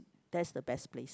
that's the best places